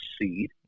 seed